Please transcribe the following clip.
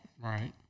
Right